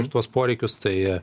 ir tuos poreikius tai